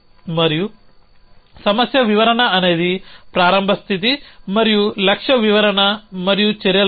మరియు సమస్య వివరణ అనేది ప్రారంభ స్థితి మరియు లక్ష్య వివరణ మరియు చర్యల సమితి